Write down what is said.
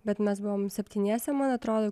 bet mes buvom septyniese man atrodo